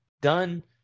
done